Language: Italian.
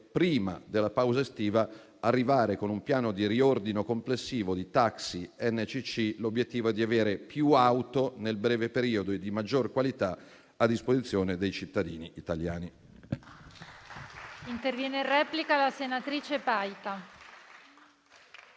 prima della pausa estiva, con un piano di riordino complessivo di taxi e NCC, più auto nel breve periodo e di maggiore qualità a disposizione dei cittadini italiani.